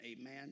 amen